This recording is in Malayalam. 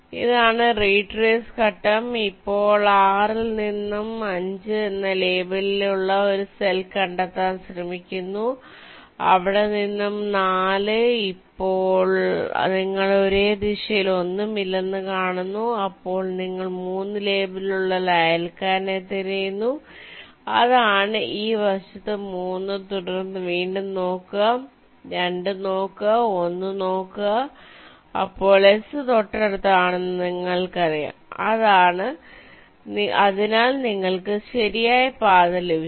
ഇതാണ് റിട്രേസ് ഘട്ടം അപ്പോൾ 6 ഇൽ നിന്നും 5 എന്ന ലേബൽ ഉള്ള ഒരു സെൽ കണ്ടെത്താൻ ശ്രമിക്കുന്നു അവിടെ നിന്നും 4 അപ്പോൾ നിങ്ങൾ ഒരേ ദിശയിൽ ഒന്നുമില്ലെന്ന് കാണുന്നു അപ്പോൾ നിങ്ങൾ 3 ലേബലുള്ള ഒരു അയൽക്കാരനെ തിരയുന്നു അതാണ് ഈ വശത്ത് 3 തുടർന്ന് വീണ്ടും 2 നോക്കുക 1 നോക്കുക അപ്പോൾ S തൊട്ടടുത്താണെന്ന് ഞങ്ങൾക്കറിയാം അതിനാൽ നിങ്ങൾക്ക് ശരിയായ പാത ലഭിച്ചു